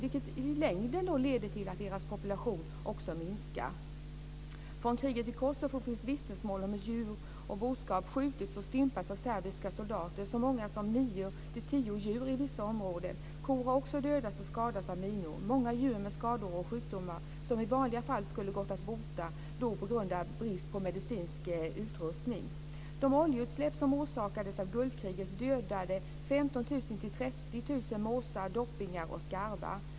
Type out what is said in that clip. Också det medför i längden att deras population minskar. Från kriget i Kosovo finns vittnesmål om hur djur, bl.a. boskap, skjutits och stympats av serbiska soldater. I vissa områden har det handlat om så många som nio-tio djur. Kor har också dödats och skadats av minor. Många djur med skador och sjukdomar som i vanliga fall hade gått att bota dör på grund av brist på medicinsk utrustning. De oljeutsläpp som orsakades av Gulfkriget dödade 15 000-30 000 måsar, doppingar och skarvar.